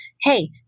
Hey